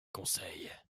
conseil